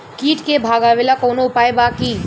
कीट के भगावेला कवनो उपाय बा की?